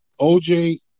OJ